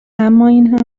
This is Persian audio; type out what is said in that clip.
امااین